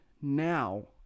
now